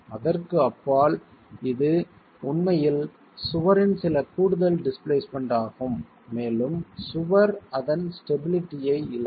அதற்கு அப்பால் இது உண்மையில் சுவரின் சில கூடுதல் டிஸ்பிளேஸ்மென்ட் ஆகும் மேலும் சுவர் அதன் ஸ்டபிளிட்டியை இழக்கும்